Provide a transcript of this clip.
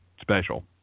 special